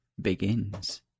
Begins